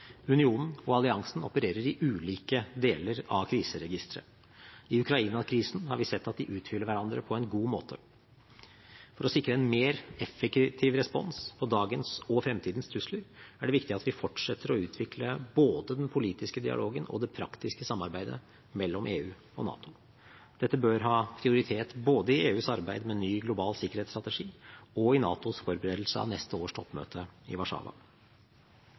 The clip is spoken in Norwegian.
Unionen og alliansen opererer i ulike deler av kriseregisteret. I Ukraina-krisen har vi sett at de utfyller hverandre på en god måte. For å sikre en mer effektiv respons på dagens og fremtidens trusler er det viktig at vi fortsetter å utvikle både den politiske dialogen og det praktiske samarbeidet mellom EU og NATO. Dette bør ha prioritet både i EUs arbeid med ny global sikkerhetsstrategi og i NATOs forberedelse av neste års toppmøte i Warszawa.